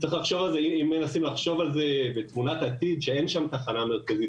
צריך לחשוב על זה בתמונת עתיד שאין שם תחנה מרכזית,